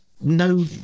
no